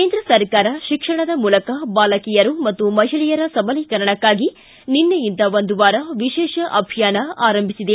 ಕೇಂದ್ರ ಸರ್ಕಾರ ಶಿಕ್ಷಣದ ಮೂಲಕ ಬಾಲಕಿಯರು ಮತ್ತು ಮಹಿಳೆಯರ ಸಬಲೀಕರಣಕ್ಕಾಗಿ ನಿನ್ನೆಯಿಂದ ಒಂದು ವಾರ ವಿಶೇಷ ಅಭಿಯಾನ ಆರಂಭಿಸಿದೆ